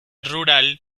rural